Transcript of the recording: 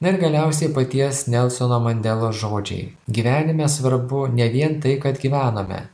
na ir galiausiai paties nelsono mandelos žodžiai gyvenime svarbu ne vien tai kad gyvename